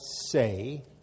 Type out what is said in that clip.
say